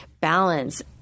balance